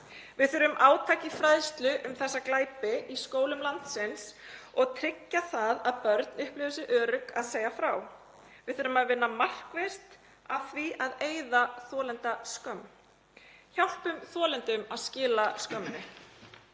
Við þurfum átak í fræðslu um þessa glæpi í skólum landsins og við þurfum að tryggja það að börn upplifi sig örugg að segja frá. Við þurfum að vinna markvisst að því að eyða þolendaskömm. Hjálpum þolendum að skila skömminni.